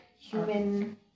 human